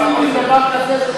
עם דבר כזה,